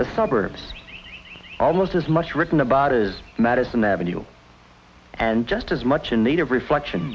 the suburbs almost as much written about is madison avenue and just as much in need of reflection